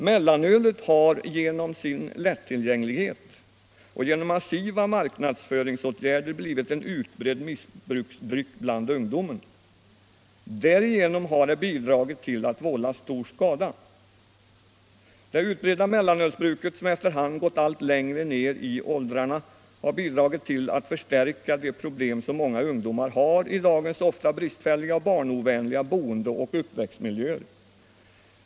Mellanölet har genom sin lättillgänglighet och genom massiva marknadsföringsåtgärder blivit en utbredd missbruksdryck bland ungdomen. Därigenom har det bidragit till att vålla stor skada. Det utbredda mellanölsbruket, som efter hand gått allt längre ned i åldrarna, har bidragit till att förstärka de problem som många ungdomar har i dagens ofta bristfälliga och barnovänliga boendeoch uppväxtmiljöer.